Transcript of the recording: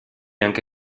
anche